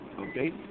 Okay